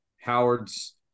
Howard's